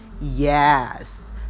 yes